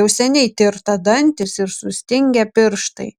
jau seniai tirta dantys ir sustingę pirštai